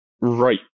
right